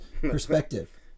Perspective